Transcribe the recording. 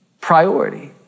priority